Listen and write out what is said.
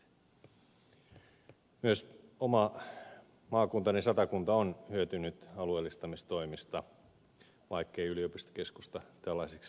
myös oma maakuntani satakunta on hyötynyt alueellistamistoimista vaikkei yliopistokeskusta tällaiseksi laskettaisikaan